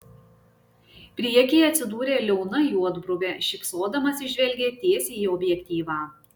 priekyje atsidūrė liauna juodbruvė šypsodamasi žvelgė tiesiai į objektyvą